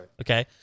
Okay